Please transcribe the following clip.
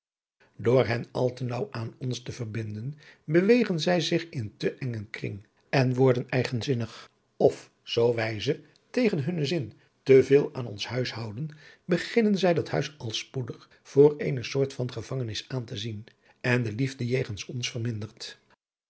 door hen al te naauw aan ons te verbinden bewegen zij zich in te engen kring en worden eigenzinnig of zoo wij ze tegen hunn zin te veel aan ons huis houden beginnen zij dat huis al spoedig voor eene soort van gevangenis aan te zien en de liefde jegens ons vermindert